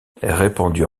répandue